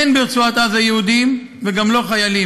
אין ברצועת עזה יהודים, וגם לא חיילים.